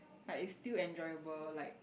like it's still enjoyable like